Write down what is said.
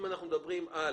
אם אנחנו מדברים על